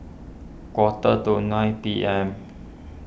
quarter to nine P M